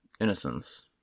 Innocence